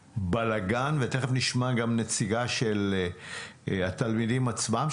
תיכף נשמע גם נציגה של התלמידים עצמם,